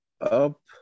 up